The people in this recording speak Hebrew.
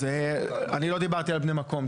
אני לא דיברתי על בני מקום.